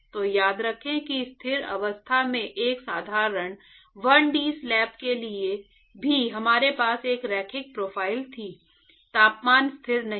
तो याद रखें कि स्थिर अवस्था में एक साधारण 1d स्लैब के लिए भी हमारे पास एक रैखिक प्रोफ़ाइल थी तापमान स्थिर नहीं है